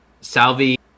Salvi